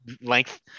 length